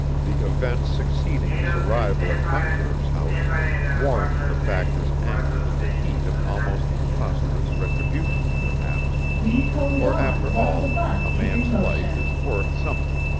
the events succeeding his arrival at conjuror's house warmed the factor's anger to the heat of almost preposterous retribution perhaps for after all a man's life is worth something,